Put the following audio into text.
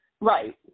Right